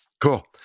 Cool